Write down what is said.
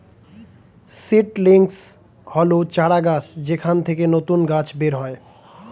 seedlings হল চারাগাছ যেখান থেকে নতুন গাছ বের হয়